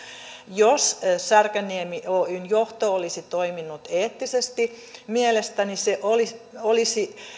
jos särkänniemi oyn johto olisi toiminut eettisesti se olisi olisi mielestäni